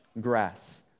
grass